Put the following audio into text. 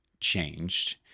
changed